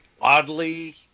oddly